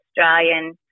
Australian